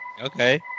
Okay